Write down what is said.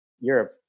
Europe